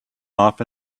off